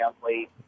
family